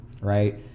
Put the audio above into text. right